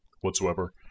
whatsoever